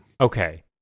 okay